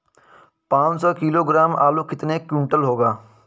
पाँच सौ किलोग्राम आलू कितने क्विंटल होगा?